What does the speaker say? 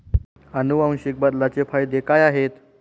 अनुवांशिक बदलाचे फायदे काय आहेत?